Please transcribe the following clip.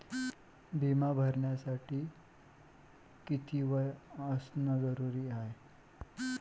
बिमा भरासाठी किती वय असनं जरुरीच हाय?